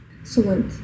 excellent